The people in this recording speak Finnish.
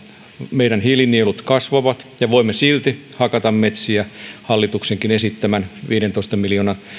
meidän hiilinielut kasvavat ja voimme silti hakata metsiä hallituksenkin esittämän viidentoista miljoonan